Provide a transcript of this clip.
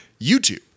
YouTube